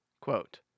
Quote